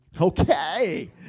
Okay